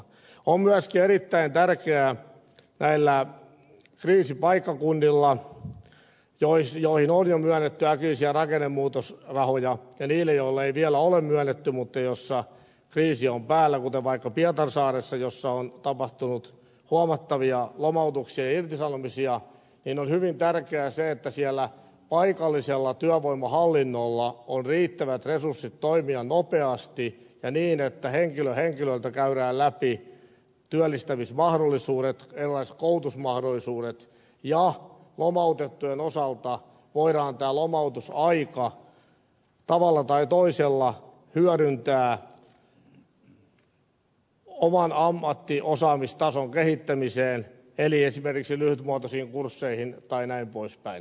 on myöskin erittäin tärkeää niillä kriisipaikkakunnilla joille on jo myönnetty äkillisiä rakennemuutosrahoja ja niillä joille ei vielä ole myönnetty mutta joilla kriisi on päällä kuten vaikka pietarsaaressa jossa on tapahtunut huomattavia lomautuksia ja irtisanomisia että siellä paikallisella työvoimahallinnolla on riittävät resurssit toimia nopeasti ja niin että henkilö henkilöltä käydään läpi työllistämismahdollisuudet erilaiset koulutusmahdollisuudet ja lomautettujen osalta voidaan tämä lomautusaika tavalla tai toisella hyödyntää oman ammattiosaamistason kehittämiseen eli esimerkiksi lyhytmuotoisiin kursseihin tai näin pois päin